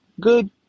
good